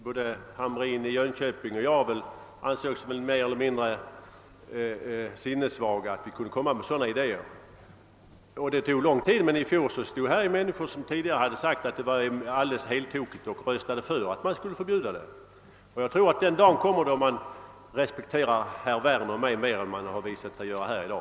Både herr Hamrin i Jönköping och jag ansågs som mer eller mindre sinnessvaga för att vi kunde förfäkta sådana idéer. Det tog lång tid, men i fjol röstade många tidigare anhängare av boxningen för att den skulle förbjudas. Jag tror att den dagen kommer då man skall respektera herrar Werners och min uppfattning om nöjesjakten mer än vad som varit fallet i dag.